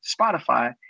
Spotify